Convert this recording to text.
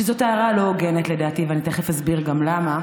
שזאת הערה לא הוגנת, לדעתי, ואני תכף אסביר למה.